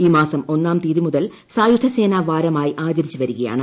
ഈ മാസം ഒന്നാം തീയതി മുതൽ സായുധസേനാ വാരമായി ആചരിച്ച് വരികയാണ്